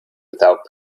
without